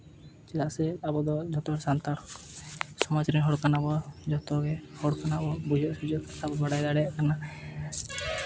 ᱪᱮᱫᱟᱜ ᱥᱮ ᱟᱵᱚ ᱫᱚ ᱡᱚᱛᱚ ᱦᱚᱲ ᱥᱟᱱᱛᱟᱲ ᱥᱚᱢᱟᱡᱽ ᱨᱮᱱ ᱦᱚᱲ ᱠᱟᱱᱟ ᱵᱚᱱ ᱡᱚᱛᱚᱜᱮ ᱦᱚᱲ ᱠᱟᱱᱟᱵᱚᱱ ᱵᱩᱡᱷᱟᱹᱣ ᱥᱩᱡᱷᱟᱹᱣ ᱠᱟᱹᱢᱤᱵᱟᱲᱟ ᱫᱟᱲᱮᱭᱟᱜ ᱠᱟᱱᱟ